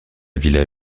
villa